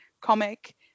comic